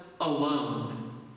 alone